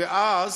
כולם